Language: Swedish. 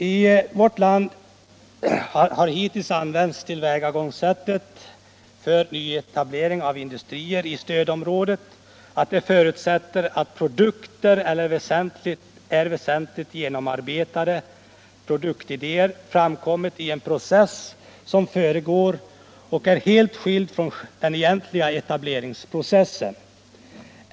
I vårt land har det hittills använda tillvägagångssättet för nyetablering av industrier i stödområdet varit att man förutsätter att produkter eller väsentligt genomarbetade produktidéer framkommit i en process som föregår och är helt skild från den egentliga etableringsprocessen.